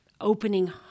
opening